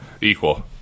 Equal